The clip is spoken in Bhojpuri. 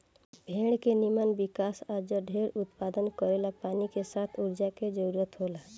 भेड़ के निमन विकास आ जढेर उत्पादन करेला पानी के साथ ऊर्जा के जरूरत होला